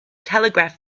telegraph